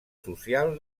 social